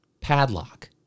padlock